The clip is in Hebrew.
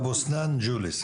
אבו סנאן וג'וליס,